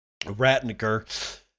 Ratniker